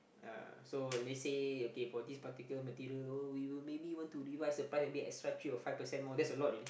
uh so let's say okay for this particular material oh we will maybe want to revise the price a bit extra three or five percent more that's a lot already